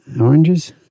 oranges